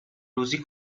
روزی